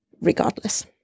regardless